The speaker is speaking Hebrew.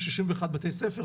61 בתי ספר.